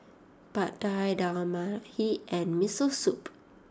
Pad Thai Dal Makhani and Miso Soup